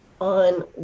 on